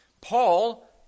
Paul